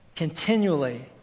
Continually